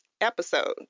episode